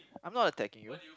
I'm not attacking you